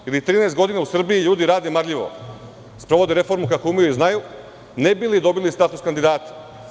U Srbiji 10 godina, ili 13 godina ljudi rade marljivo, sprovode reformu kako umeju i znaju, ne bi li dobili status kandidata.